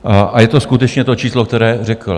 A je to skutečně to číslo, které řekl.